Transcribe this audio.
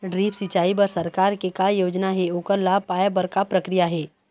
Drip सिचाई बर सरकार के का योजना हे ओकर लाभ पाय बर का प्रक्रिया हे?